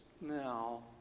now